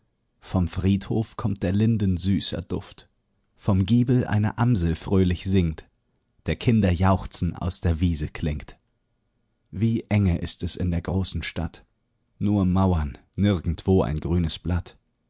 vom friedhof kommt der linden süßer duft vom giebel eine amsel fröhlich singt der kinder jauchzen aus der wiese klingt wie enge ist es in der großen stadt nur mauern nirgendwo ein grünes blatt